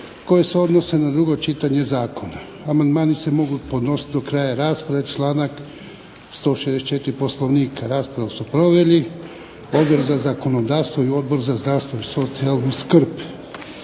koje se odnose na drugo čitanje Zakona. Amandmani se mogu podnositi do kraja rasprave, članak 164. Poslovnika. Raspravu su proveli Odbor za zakonodavstvo i Odbor za zdravstvo i socijalnu skrb.